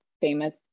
famous